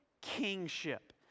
kingship